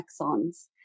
axons